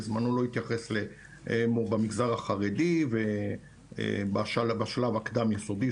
בזמנו לא התייחס במגזר החרדי ובשלב הקדם-יסודי,